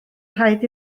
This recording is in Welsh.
rhaid